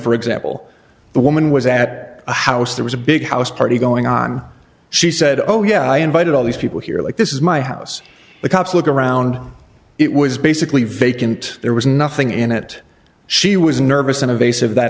for example the woman was at a house there was a big house party going on she said oh yeah i invited all these people here like this is my house the cops look around it was basically vet didn't there was nothing in it she was nervous in a vase of that